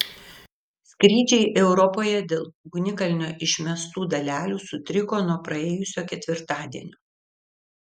skrydžiai europoje dėl ugnikalnio išmestų dalelių sutriko nuo praėjusio ketvirtadienio